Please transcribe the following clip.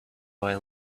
boy